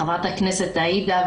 ח"כ עאידה,